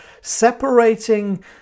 separating